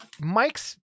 Mike's